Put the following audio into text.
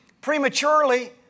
prematurely